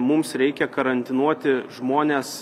mums reikia karantinuoti žmones